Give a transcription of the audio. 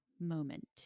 moment